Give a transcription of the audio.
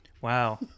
Wow